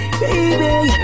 baby